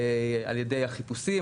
על ידי החיפושים,